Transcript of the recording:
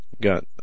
got